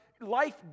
life